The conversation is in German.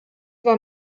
war